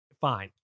Fine